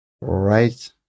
right